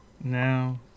No